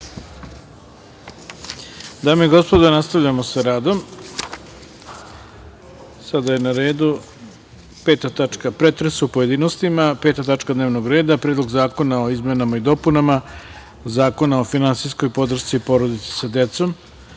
Dame i gospodo, nastavljamo sa radom. Sada je na redu pretres u pojedinostima, 5. tačka dnevnog reda – Predlog zakona o izmenama i dopunama Zakona o finansijskoj podršci porodici sa